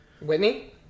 Whitney